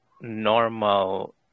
normal